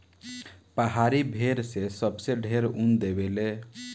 पहाड़ी भेड़ से सबसे ढेर ऊन देवे ले